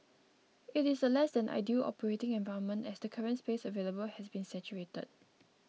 it is a less than ideal operating environment as the current space available has been saturated